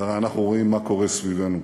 ואנחנו רואים מה קורה סביבנו,